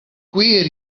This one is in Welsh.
gwir